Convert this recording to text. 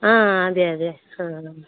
అదే అదే